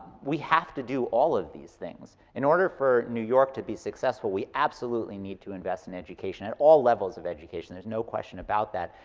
we have to do all of these things. in order for new york to be successful, we absolutely need to invest in education, and all levels of education. there's no question about that.